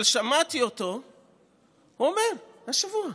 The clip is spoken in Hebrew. אבל שמעתי אותו אומר השבוע: